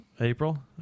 April